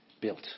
built